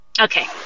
Okay